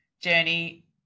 journey